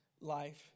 life